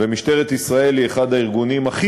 ומשטרת ישראל היא אחד הארגונים הכי